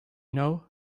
know